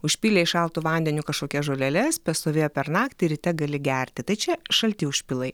užpylei šaltu vandeniu kažkokias žoleles pastovėjo per naktį ryte gali gerti tai čia šalti užpilai